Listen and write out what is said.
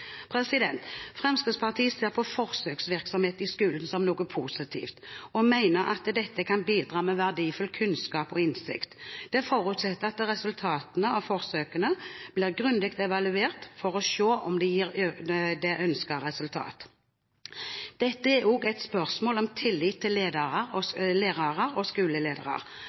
Fremskrittspartiet ser på forsøksvirksomhet i skolen som noe positivt og mener at dette kan bidra med verdifull kunnskap og innsikt. Det forutsetter at resultatene av forsøkene blir grundig evaluert for å se om det gir det ønskede resultat. Dette er også et spørsmål om tillit til lærere og skoleledere. Forsøksordninger tillater kreative lærere og skoleledere